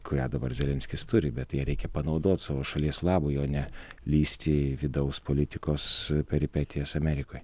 kurią dabar zelenskis turi bet ją reikia panaudot savo šalies labui o ne lįsti į vidaus politikos peripetijas amerikoj